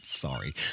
Sorry